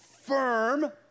firm